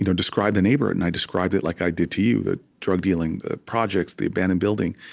and describe the neighborhood. and i described it like i did to you the drug dealing, the projects, the abandoned building.